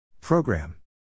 Program